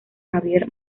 javier